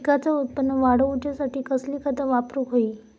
पिकाचा उत्पन वाढवूच्यासाठी कसली खता वापरूक होई?